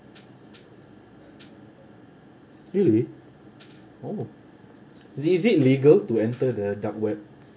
really oh is it is it legal to enter the dark web